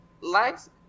likes